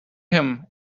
him